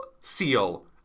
Seal